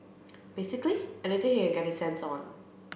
basically anything he can get his hands on